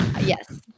yes